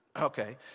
Okay